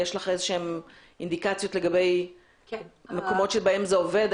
יש לך אינדיקציות לגבי מקומות שבהם זה עבוד?